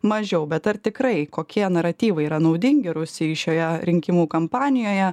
mažiau bet ar tikrai kokie naratyvai yra naudingi rusijai šioje rinkimų kampanijoje